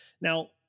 Now